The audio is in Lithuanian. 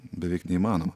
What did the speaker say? beveik neįmanoma